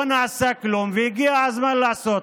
לא נעשה כלום, והגיע הזמן לעשות.